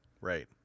Right